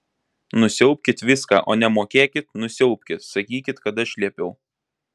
nusiaubkit viską o nemokėkit nusiaubkit sakykit kad aš liepiau